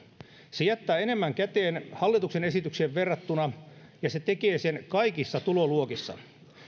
se jättää enemmän käteen hallituksen esitykseen verrattuna ja se tekee sen kaikissa tuloluokissa